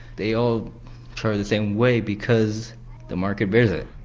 they all charge the same way because the market bears it.